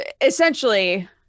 essentially